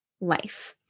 life